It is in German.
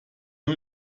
nur